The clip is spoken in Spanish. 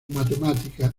matemática